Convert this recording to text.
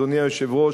אדוני היושב-ראש,